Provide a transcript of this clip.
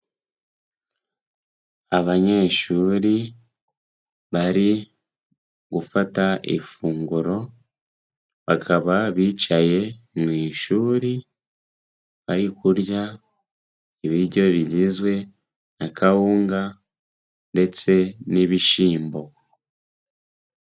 Abanyeshuri bari gufata ifunguro, bakaba bicaye mu ishuri bari kurya ibiryo bigizwe na kawunga ndetse n'ibishyimbo.